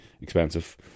expensive